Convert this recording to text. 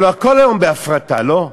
הלוא הכול היום בהפרטה, לא?